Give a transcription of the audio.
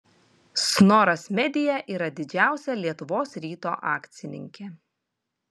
snoras media yra didžiausia lietuvos ryto akcininkė